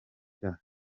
cya